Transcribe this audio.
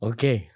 Okay